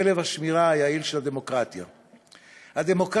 כלב השמירה היעיל של הדמוקרטיה; הדמוקרטיה,